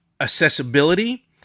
accessibility